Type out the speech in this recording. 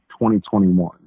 2021